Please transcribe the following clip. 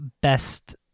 best